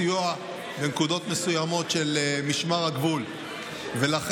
בסיוע של משמר הגבול בנקודות מסוימות.